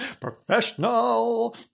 professional